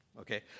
okay